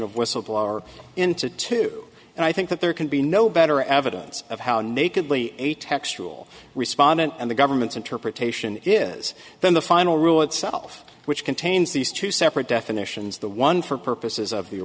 of whistleblower into two and i think that there can be no better evidence of how nakedly a textual respondent and the government's interpretation is than the final rule itself which contains these two separate definitions the one for purposes of